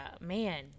Man